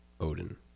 Odin